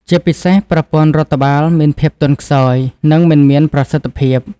ជាពិសេសប្រព័ន្ធរដ្ឋបាលមានភាពទន់ខ្សោយ និងមិនមានប្រសិទ្ធភាព។